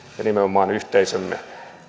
ja nimenomaan yhteisömme